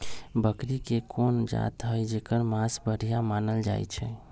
बकरी के कोन जात हई जेकर मास बढ़िया मानल जाई छई?